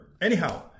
Anyhow